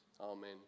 Amen